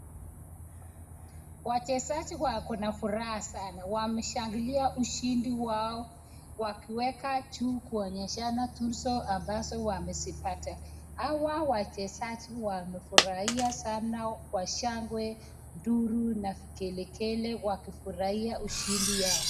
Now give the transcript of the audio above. Wachezaji wakona furaha sana. Wameshangilia ushindi wao wakiweka juu kuonyeshana tuzo ambazo wamezipata. Hawa wachezaji wamefurahia sana kwa shangwe, nduru na vigelegele wakifurahia ushindi yao.